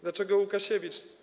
Dlaczego Łukasiewicz?